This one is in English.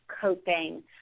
coping